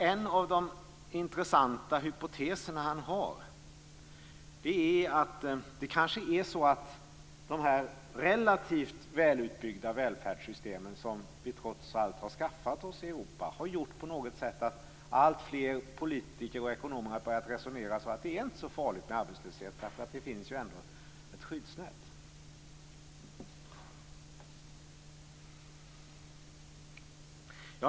En av de intressanta hypoteser som Amartya Sen har är att det kanske är så att de här relativt välutbyggda välfärdssystemen, som vi trots allt har skaffat oss i Europa, på något sätt har gjort att alltfler politiker och ekonomer har börjat resonera så att det inte är så farligt med arbetslöshet då det ändå finns ett skyddsnät.